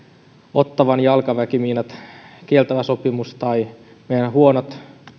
ottawan jalkaväkimiinat kieltävän sopimuksen tai meidän huonojen